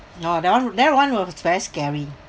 oh that one that one was very scary